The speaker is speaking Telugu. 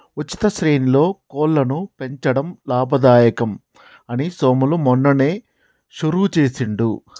ఉచిత శ్రేణిలో కోళ్లను పెంచడం లాభదాయకం అని సోములు మొన్ననే షురువు చేసిండు